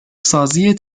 سازی